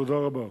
תודה רבה.